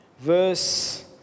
verse